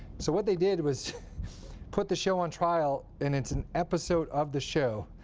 so what they did was put the show on trial, and it's an episode of the show.